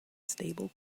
stable